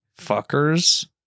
Fuckers